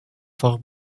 for